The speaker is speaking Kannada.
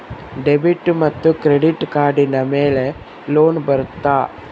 ಡೆಬಿಟ್ ಮತ್ತು ಕ್ರೆಡಿಟ್ ಕಾರ್ಡಿನ ಮೇಲೆ ಲೋನ್ ಬರುತ್ತಾ?